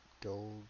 gold